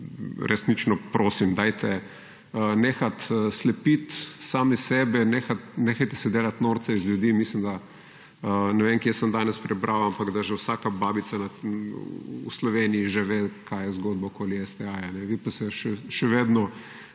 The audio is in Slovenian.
resnično prosim, dajte nehat slepit sami sebe, nehajte se delat norca iz ljudi. In mislim da, ne vem kje sem danes prebral, ampak da že vsaka babica v Sloveniji že ve, kaj je zgodba okoli STA. Vi pa se še vedno